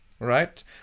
Right